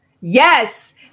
Yes